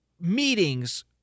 meetings